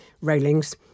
railings